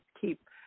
keep